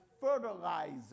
fertilizer